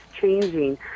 changing